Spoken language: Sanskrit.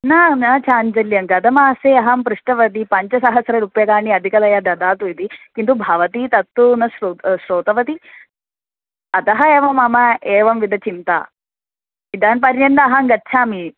न न चाञ्चल्यं गतमासे अहं पृष्टवती पञ्चसहस्ररूप्यकाणि अधिकतया ददातु इति किन्तु भवती तत्तु न श्रो श्रुतवती अतः एव मम एवं विधा चिन्ता इदानीं पर्यन्तम् अहं गच्छामि